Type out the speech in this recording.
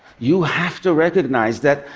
you have to recognize that,